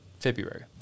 February